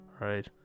Right